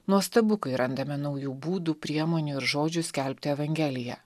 nuostabu kai randame naujų būdų priemonių ir žodžių skelbti evangeliją